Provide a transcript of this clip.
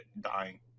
dying